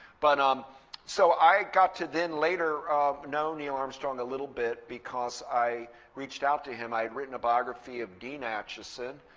but um so i got to then later know neil armstrong a little bit because i reached out to him. i'd written a biography of dean acheson,